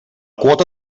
quota